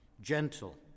gentle